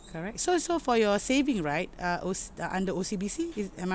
correct so so for your saving right uh O under O_C_B_C am I right